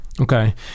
okay